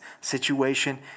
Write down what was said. situation